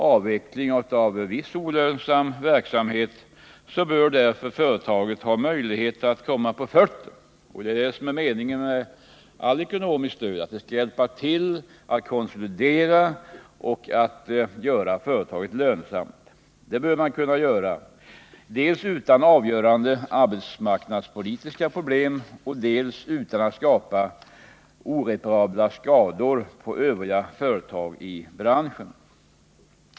avveckling av viss olönsam verksamhet, bör företaget ha möjligheter att komma på fötter — meningen med allt ekonomiskt stöd är ju att konsolidera företaget och göra det lönsamt. Detta bör kunna göras dels utan avgörande arbetsmarknadspolitiska problem, dels utan att skapa oreparerbara skador på övriga företag i branschen.